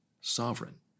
sovereign